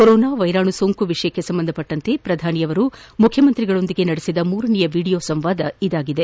corona ವೈರಾಣು ಸೋಂಕು ವಿಷಯಕ್ಕೆ ಸಂಬಂಧಿಸಿದಂತೆ ಪ್ರಧಾನಿ ಅವರು ಮುಖ್ಯಮಂತ್ರಿಗಳೊಂದಿಗೆ ನಡೆಸಿದ ಮೂರನೇ ವಿಡಿಯೊ ಸಂವಾದ ಇದಾಗಿದೆ